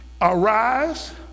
arise